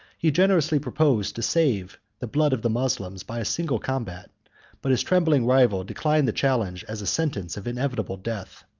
he generously proposed to save the blood of the moslems by a single combat but his trembling rival declined the challenge as a sentence of inevitable death.